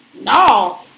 no